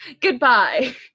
Goodbye